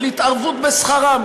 של התערבות בשכרם,